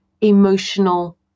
emotional